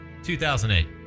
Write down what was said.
2008